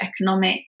economic